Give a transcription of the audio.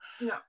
No